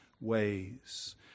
ways